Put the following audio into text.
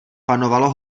panovalo